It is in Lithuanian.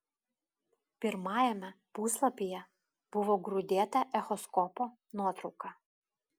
pirmajame puslapyje buvo grūdėta echoskopo nuotrauka